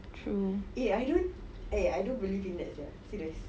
true